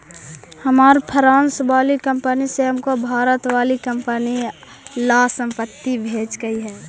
हमार फ्रांस वाली कंपनी ने हमको भारत वाली कंपनी ला संपत्ति भेजकई हे